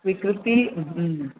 विकृतिः ह्म्